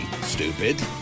stupid